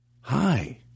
Hi